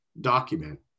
Document